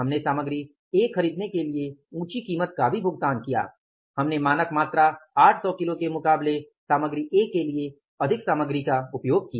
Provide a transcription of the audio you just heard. हमने सामग्री ए खरीदने के लिए ऊँची कीमत का भी भुगतान किया हमने मानक मात्रा 800 किलो के मुकाबले सामग्री ए के लिए अधिक सामग्री का उपयोग किया